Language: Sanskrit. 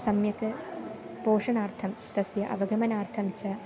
सम्यक् पोषणार्थं तस्य अवगमनार्थं च